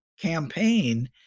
campaign